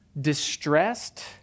distressed